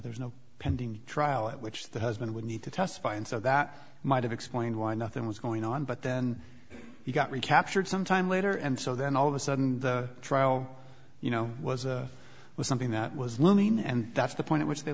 there's no pending trial at which the husband would need to testify and so that might have explained why nothing was going on but then he got recaptured some time later and so then all of a sudden the trial you know was or was something that was learning and that's the point at which they